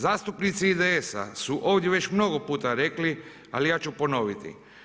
Zastupnici IDS-a su ovdje već mnogo puta rekli, ali ja ću ponoviti.